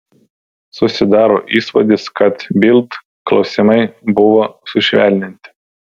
susidaro įspūdis kad bild klausimai buvo sušvelninti